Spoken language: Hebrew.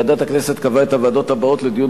ועדת הכנסת קבעה את הוועדות הבאות לדיון